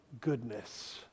goodness